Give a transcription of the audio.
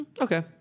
Okay